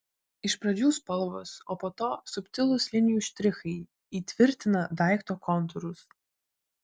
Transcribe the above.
iš pradžių spalvos o po to subtilūs linijų štrichai įtvirtina daikto kontūrus